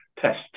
test